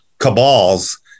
cabals